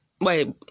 wait